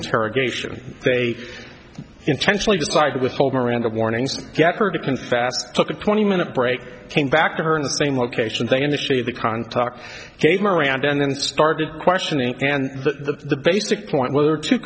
interrogation they intentionally decided to withhold miranda warnings get her to can fast took a twenty minute break came back to her in the same location thing in the shade the contact came around and then started questioning and the the basic point whether t